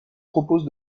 propose